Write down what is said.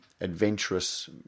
adventurous